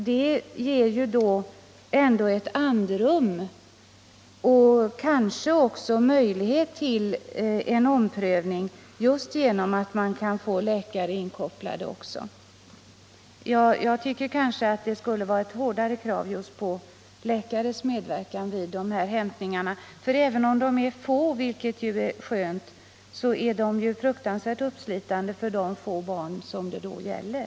Det ger ändå ett andrum och kanske också möjligheter till en omprövning just därför att man kan få en läkare inkopplad. Jag tycker alltså att det skulle vara ett hårdare krav på läkares medverkan vid dessa hämtningar, för även om de är få — vilket ju är skönt - är de fruktansvärt uppslitande för de barn det gäller.